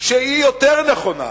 שהיא יותר נכונה,